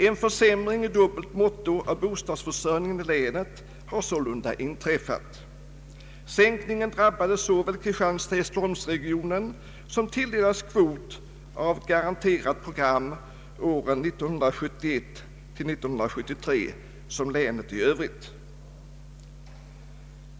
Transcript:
En försämring i dubbel måtto av bostadsförsörjningen i länet har sålunda inträffat. Sänkningen drabbade såväl Kristianstad-Hässleholmsregionen, som tilldelats kvot av garanterat program åren 1971—1973, som länet i övrigt.